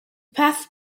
past